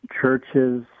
churches